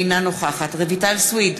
אינה נוכחת רויטל סויד,